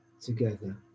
together